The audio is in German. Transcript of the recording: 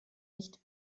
nicht